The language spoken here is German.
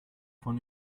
von